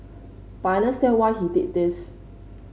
but I understand why he did this